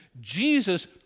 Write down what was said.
Jesus